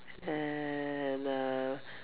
and uh